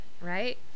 right